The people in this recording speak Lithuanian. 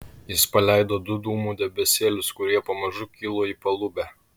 jis paleido du dūmų debesėlius kurie pamažu kilo į palubę